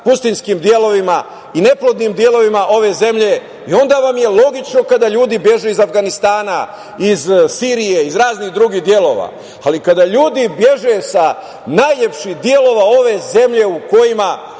pustinjskim delovima i neplodnim delovima ove zemlje i onda vam je logično kada ljudi beže iz Avganistana, iz Sirije, iz raznih drugih delova, ali kada ljudi beže sa najlepših delova ove zemlje u kojima